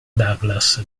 douglas